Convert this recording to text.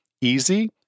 Easy